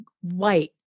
white